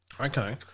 Okay